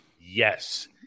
Yes